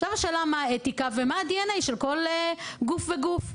עכשיו השאלה היא מה האתיקה ומה ה-די-אן-איי של כל גוף וגוף.